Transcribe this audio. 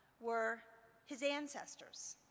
were his ancestors.